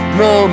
no